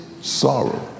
sorrow